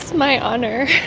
my honor.